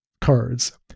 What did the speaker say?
cards